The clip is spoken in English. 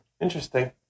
Interesting